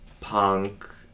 punk